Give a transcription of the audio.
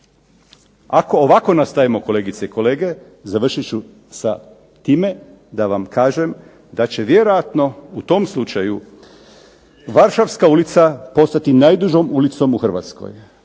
Ako ovako nastavimo, kolegice i kolege, završit ću sa time da vam kažem da će vjerojatno u tom slučaju Varšavska ulica postati najdužom ulicom u Hrvatskoj.